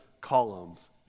columns